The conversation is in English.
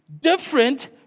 Different